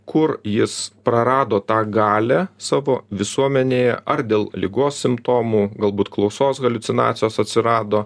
kur jis prarado tą galią savo visuomenėje ar dėl ligos simptomų galbūt klausos haliucinacijos atsirado